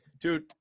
Dude